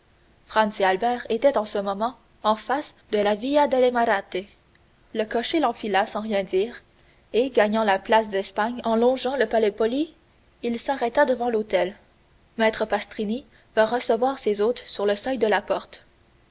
albert étaient en ce moment en face de la via delle maratte le cocher l'enfila sans rien dire et gagnant la place d'espagne en longeant le palais poli il s'arrêta devant l'hôtel maître pastrini vint recevoir ses hôtes sur le seuil de la porte